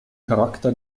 charakter